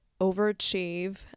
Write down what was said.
overachieve